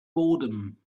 boredom